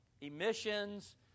emissions